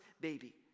baby